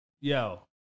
yo